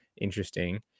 Interesting